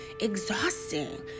exhausting